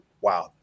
wow